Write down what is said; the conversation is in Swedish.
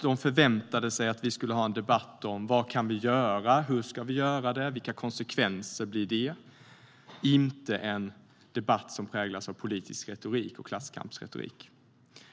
De förväntade sig nog att vi skulle ha en debatt om vad vi kan göra, hur vi ska göra och vilka konsekvenser det får - inte en debatt som präglas av politisk retorik och klasskampsretorik.